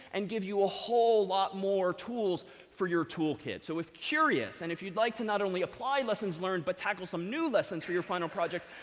and give you a whole lot more tools for your tool kit. so if curious, and if you'd like to not only apply lessons learned, but tackle some new lessons for your final project,